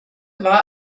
war